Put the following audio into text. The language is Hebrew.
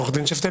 עורך הדין שפטל,